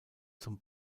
zum